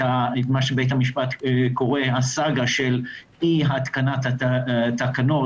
מה שבית המשפט קורא לו "הסאגה של אי התקנת התקנות"